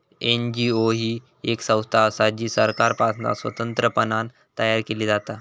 NGO ही येक संस्था असा जी सरकारपासना स्वतंत्रपणान तयार केली जाता